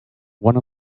one